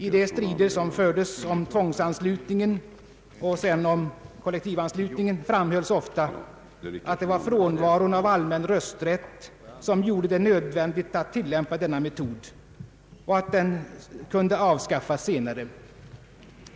I de strider som fördes om tvångsanslutningen och sedan om kollektivanslutningen framhölls ofta att det var frånvaron av allmän rösträtt som gjorde det nödvändigt att tillämpa denna metod och att den kunde avskaffas senare.